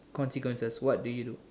consequences what do you do